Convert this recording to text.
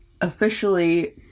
officially